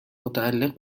متعلق